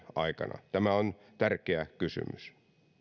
aikana tämä on tärkeä kysymys